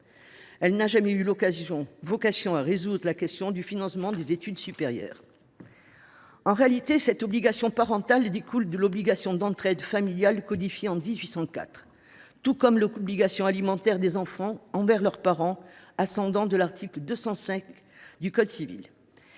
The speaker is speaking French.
Elle n’a jamais eu vocation à résoudre la question du financement des études supérieures. En réalité, cette obligation parentale découle de l’obligation d’entraide familiale codifiée en 1804, tout comme l’obligation alimentaire des enfants envers leurs parents ou autres ascendants présente dans l’article 205 du code civil.